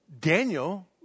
Daniel